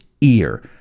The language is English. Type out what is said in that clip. ear